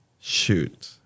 shoot